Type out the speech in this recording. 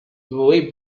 way